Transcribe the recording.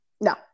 No